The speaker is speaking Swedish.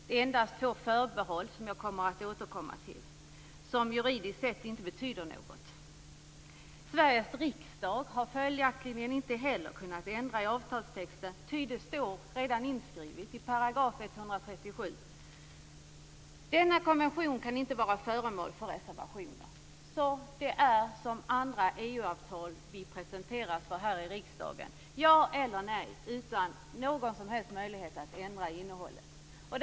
Det är endast två förbehåll som jag kommer att återkomma till, som juridiskt sett inte betyder något. Sveriges riksdag har följaktligen inte heller kunnat ändra i avtalstexten, ty den står redan inskriven i § 137. Denna konvention kan inte vara föremål för reservationer, på samma sätt som det är med andra EU avtal som vi presenteras för här i riksdagen - ja eller nej utan någon som helst möjlighet att ändra i innehållet.